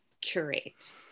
curate